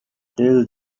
tell